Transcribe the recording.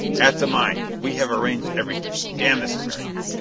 at the mine we have arranged everything. damn this american!